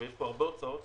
יש פה הרבה הוצאות,